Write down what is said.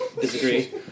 Disagree